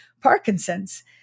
Parkinson's